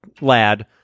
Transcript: lad